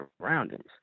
surroundings